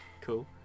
cool